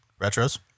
retros